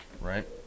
right